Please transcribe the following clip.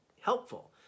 helpful